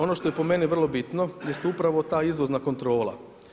Ono što je po meni vrlo bitno jest upravo ta izvozna kontrola.